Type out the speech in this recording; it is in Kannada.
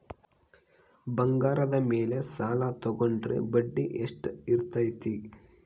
ಬಂಗಾರದ ಮೇಲೆ ಸಾಲ ತೋಗೊಂಡ್ರೆ ಬಡ್ಡಿ ಎಷ್ಟು ಇರ್ತೈತೆ?